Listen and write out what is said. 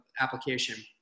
application